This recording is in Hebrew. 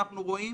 אנחנו רואים